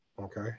Okay